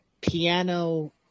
piano